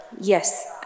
Yes